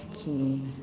okay